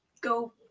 go